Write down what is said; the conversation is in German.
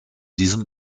diesem